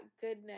goodness